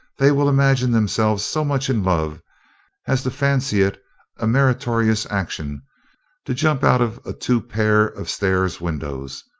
they will imagine themselves so much in love as to fancy it a meritorious action to jump out of a two pair of stairs window,